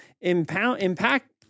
impact